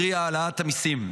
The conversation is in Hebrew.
קרי, העלאת המיסים.